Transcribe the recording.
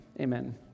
Amen